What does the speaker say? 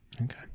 Okay